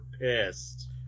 pissed